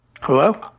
Hello